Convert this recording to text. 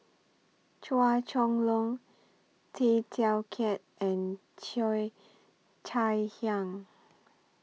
Chua Chong Long Tay Teow Kiat and Cheo Chai Hiang